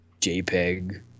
JPEG